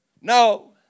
No